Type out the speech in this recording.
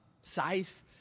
scythe